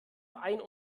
ein